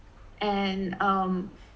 and um